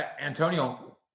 Antonio